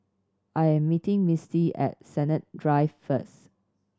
I am meeting Misty at Sennett Drive first